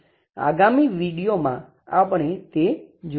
તેથી આગામી વિડિઓમાં આપણે તે જોઈશું